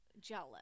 jealous